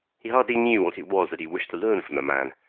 he hardly knew what it was that he wished to learn from the man,